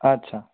আচ্ছা